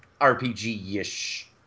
RPG-ish